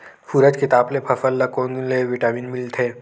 सूरज के ताप ले फसल ल कोन ले विटामिन मिल थे?